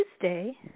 Tuesday